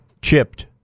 chipped